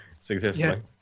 successfully